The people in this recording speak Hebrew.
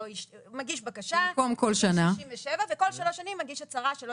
מגיש בקשה בגיל 67 וכל שלוש שנים מגיש הצהרה שלא